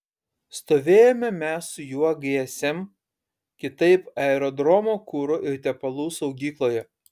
stovėjome mes su juo gsm kitaip aerodromo kuro ir tepalų saugykloje